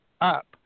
up